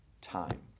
time